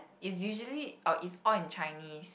it's usually oh it's all in Chinese